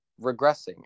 regressing